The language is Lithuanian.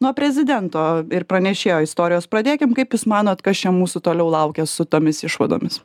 nuo prezidento ir pranešėjo istorijos pradėkim kaip jūs manot kas čia mūsų toliau laukia su tomis išvadomis